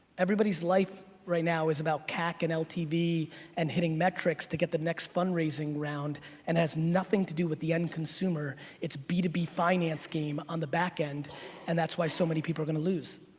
everybody's life right now is about cac and ltv and hitting metrics to get the next fundraising round and has nothing to do with the end consumer. it's b two b finance game on the back end and that's why so many people are gonna lose.